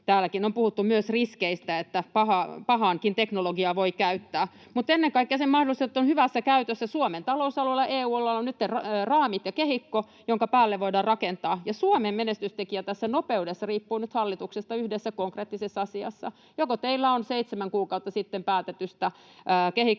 täälläkin on puhuttu myös riskeistä. Pahaankin teknologiaa voi käyttää, mutta ennen kaikkea sen mahdollisuudet ovat hyvässä käytössä. Suomen talousalueella ja EU:lla on nytten raamit ja kehikko, joidenka päälle voidaan rakentaa, ja Suomen menestystekijä tässä nopeudessa riippuu nyt hallituksesta yhdessä konkreettisessa asiassa: joko teillä on seitsemän kuukautta sitten päätetystä kehikosta